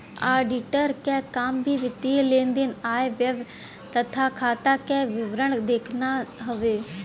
auditor क काम वित्तीय लेन देन आय व्यय तथा खाता क विवरण देखना हउवे